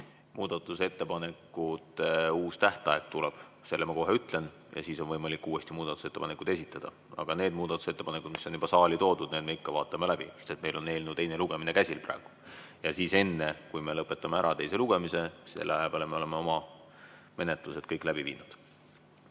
Muudatusettepanekute uus tähtaeg tuleb. Selle ma kohe ütlen ja siis on võimalik uuesti muudatusettepanekuid esitada. Aga need muudatusettepanekud, mis on saali toodud, me vaatame ikka läbi, sest meil on praegu eelnõu teine lugemine käsil. Enne, kui me lõpetame ära teise lugemise, oleme selle aja peale oma menetlused kõik läbi viinud.